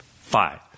Five